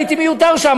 הייתי מיותר שם.